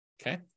Okay